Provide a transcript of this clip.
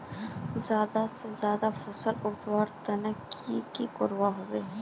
ज्यादा से ज्यादा फसल उगवार तने की की करबय होबे?